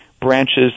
branches